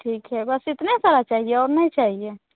ठीक है बस इतने सारा चाहिए और नहीं चाहिए